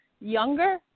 younger